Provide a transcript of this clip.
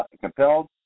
compelled